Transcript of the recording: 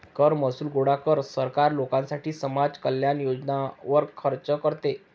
कर महसूल गोळा कर, सरकार लोकांसाठी समाज कल्याण योजनांवर खर्च करते